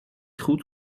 goed